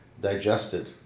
digested